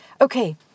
Okay